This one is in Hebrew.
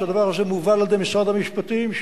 כשהדבר הזה מובל על-ידי משרד המשפטים,